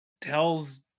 tells